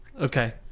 Okay